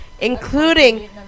including